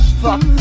Fuck